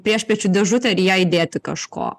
priešpiečių dėžutę ir į ją įdėti kažko